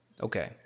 Okay